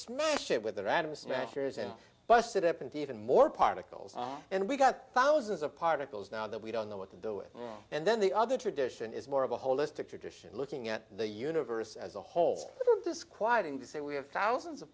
smash it with a rather smashers and busted up and even more particles and we've got thousands of particles now that we don't know what to do with and then the other tradition is more of a holistic tradition looking at the universe as a whole disquieting to say we have thousands of